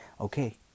Okay